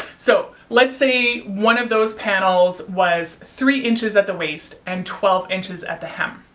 so let's say one of those panels was three inches at the waist and twelve inches at the hem.